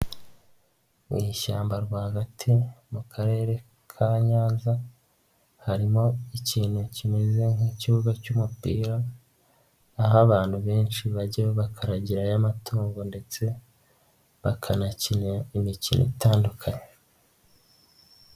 Mu ishyamba rwagati mu karere ka Nyanza, harimo ikintu kimeze nk'ikibuga cy'umupira, aho abantu benshi bajya bakaragirayo amatungo ndetse bakanakina imikino itandukanye.